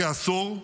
כעשור.